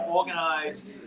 organized